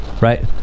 right